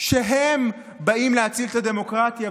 שהם באים להציל את הדמוקרטיה,